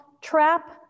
trap